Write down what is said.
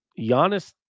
Giannis